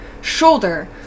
shoulder